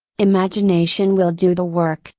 imagination will do the work,